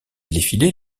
défilé